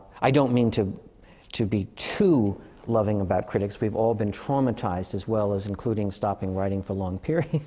i don't mean to to be too loving about critics. we've all been traumatized as well as including stopping writing for long periods.